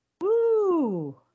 woo